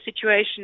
situation